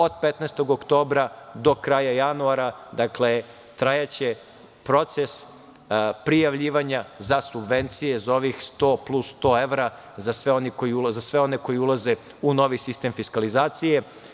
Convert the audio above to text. Od 15. oktobra do kraja januara trajaće proces prijavljivanja za subvencije za ovih 100 plus 100 evra za sve one koji ulaze u novi sistem fiskalizacije.